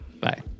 Bye